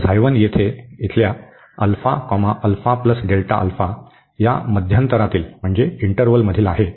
तर येथे इथल्या मध्यांतरातील आहे